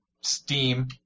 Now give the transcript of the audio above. Steam